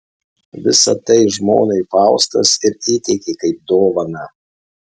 visa tai žmonai faustas ir įteikė kaip dovaną